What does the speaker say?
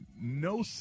no